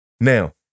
Now